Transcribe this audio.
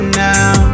now